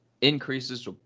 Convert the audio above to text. increases